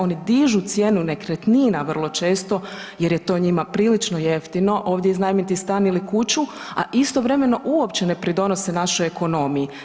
Oni dižu cijenu nekretnina vrlo često jer je to njima prilično jeftino ovdje iznajmiti stan ili kuću, a istovremeno uopće ne pridonose našoj ekonomiji.